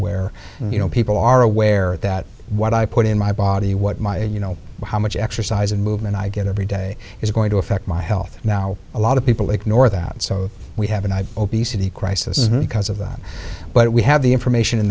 where you know people are aware that what i put in my body what my you know how much exercise and movement i get every day is going to affect my health now a lot of people ignore that so we have an eye obesity crisis because of that but we have the information